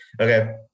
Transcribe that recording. okay